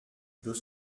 deux